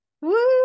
Woo